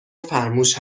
فرموش